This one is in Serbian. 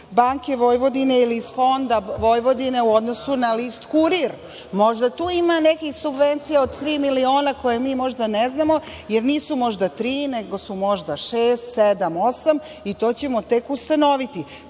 banke Vojvodine“ ili iz Fonda Vojvodine u odnosu na list „Kurir“? Možda tu ima nekih subvencija od tri miliona koje mi možda ne znamo, jer nisu možda tri, nego su možda šest, sedam, osam i to ćemo tek ustanoviti.